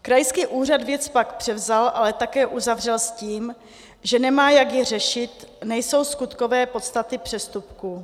Krajský úřad věc pak převzal, ale také uzavřel s tím, že nemá, jak ji řešit, nejsou skutkové podstaty přestupku.